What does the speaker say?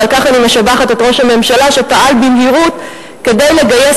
ועל כך אני משבחת את ראש הממשלה שפעל במהירות כדי לגייס